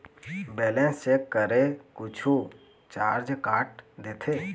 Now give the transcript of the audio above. Balance check करें कुछू charge काट देथे?